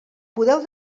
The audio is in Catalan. podeu